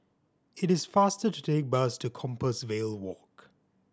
it is faster to take the bus to Compassvale Walk